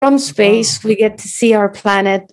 From space we get to see our planet.